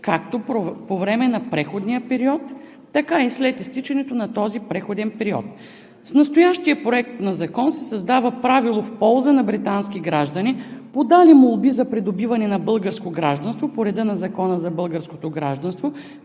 както по време на преходния период, така и след изтичането на този преходен период. С настоящия Проект на закон се създава правило в полза на британски граждани, подали молби за придобиване на българско гражданство по реда на Закона за българското гражданство